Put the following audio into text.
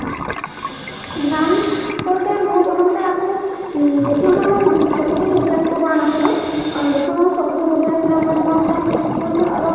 ধ্যান কৰোঁতে মোৰ প্ৰথমতে আকৌ বেছি সময় মই চকুটো মুদি ৰাখিব পৰা নাছিলোঁ কাৰণ বেছি সময় চকুটো মুদি ৰাখিলে মই প্ৰথমতে কি হৈছিল অলপ